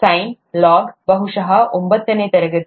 sign log ಬಹುಶಃ ಒಂಬತ್ತನೇ ತರಗತಿ